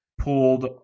Pulled